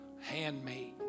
handmade